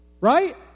Right